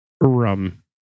rum